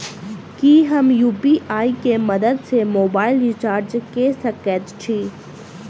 की हम यु.पी.आई केँ मदद सँ मोबाइल रीचार्ज कऽ सकैत छी?